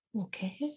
Okay